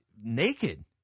naked